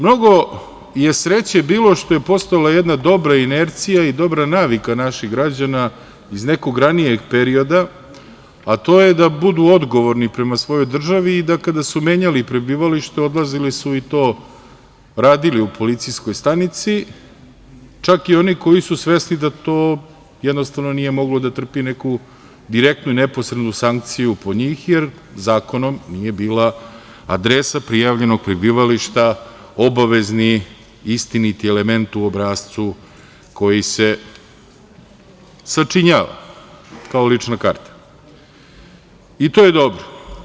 Mnogo je sreće bilo što je postojala jedna dobra inercija i dobra navika naših građana iz nekog ranijeg perioda, a to je da budu odgovorni prema svojoj državi i da kada su menjali prebivalište, odlazili su i to radili u policijskoj stanici čak i oni koji su svesni da to jednostavno nije moglo da trpi neku direktnu i neposrednu sankciju po njih, jer zakonom nije bila adresa prijavljenog prebivališta obavezni, istiniti element u obrascu koji se sačinjava kao lična karta i to je dobro.